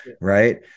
right